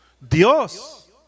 Dios